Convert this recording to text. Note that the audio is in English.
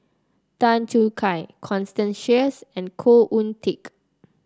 Tan Choo Kai Constance Sheares and Khoo Oon Teik